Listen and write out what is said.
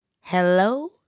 Hello